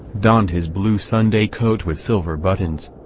donned his blue sunday coat with silver buttons,